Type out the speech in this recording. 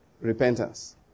Repentance